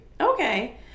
okay